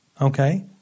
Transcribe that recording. Okay